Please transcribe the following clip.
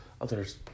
Others